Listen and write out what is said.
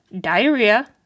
diarrhea